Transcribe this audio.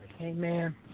Amen